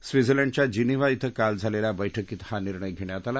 स्वित्झलंडच्या Geneva इथे काल झालेल्या बैठकीत हा निर्णय घेण्यात आला